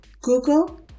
Google